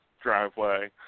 driveway